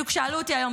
בדיוק שאלו אותי היום,